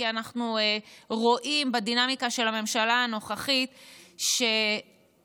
כי אנחנו רואים בדינמיקה של הממשלה הנוכחית שקרח